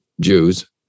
Jews